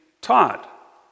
taught